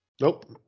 Nope